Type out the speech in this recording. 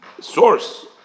source